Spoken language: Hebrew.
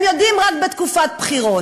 הם יודעים רק בתקופת בחירות.